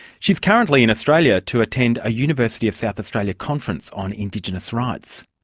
she's currently in australia to attend a university of south australia conference on indigenous rights.